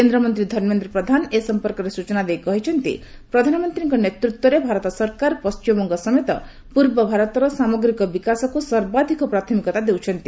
କେନ୍ଦ୍ରମନ୍ତ୍ରୀ ଧର୍ମେନ୍ଦ୍ର ପ୍ରଧାନ ଏ ସମ୍ପର୍କରେ ସୂଚନା ଦେଇ କହିଛନ୍ତି ପ୍ରଧାନମନ୍ତ୍ରୀଙ୍କ ନେତୃତ୍ୱରେ ଭାରତ ସରକାର ପଣ୍ଟିମବଙ୍ଗ ସମେତ ପୂର୍ବ ଭାରତର ସାମଗ୍ରିକ ବିକାଶକୁ ସର୍ବାଧିକ ପ୍ରାଥମିକତା ଦେଉଛନ୍ତି